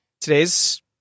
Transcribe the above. Today's